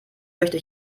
möchte